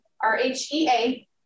R-H-E-A